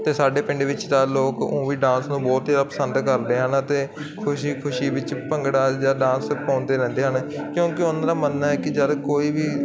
ਅਤੇ ਸਾਡੇ ਪਿੰਡ ਵਿੱਚ ਤਾਂ ਲੋਕ ਉਹ ਵੀ ਡਾਂਸ ਨੂੰ ਬਹੁਤ ਜ਼ਿਆਦਾ ਪਸੰਦ ਕਰਦੇ ਹਨ ਅਤੇ ਖੁਸ਼ੀ ਖੁਸ਼ੀ ਵਿੱਚ ਭੰਗੜਾ ਜਿਹਾ ਡਾਂਸ ਪਾਉਂਦੇ ਰਹਿੰਦੇ ਹਨ ਕਿਉਂਕਿ ਉਹਨਾਂ ਦਾ ਮੰਨਣਾ ਹੈ ਕਿ ਜਦ ਕੋਈ ਵੀ